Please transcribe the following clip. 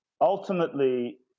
Ultimately